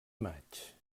maig